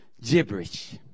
gibberish